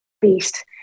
beast